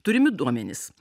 turimi duomenys